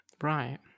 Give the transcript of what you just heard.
right